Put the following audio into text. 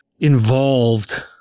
involved